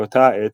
באותה העת,